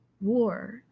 War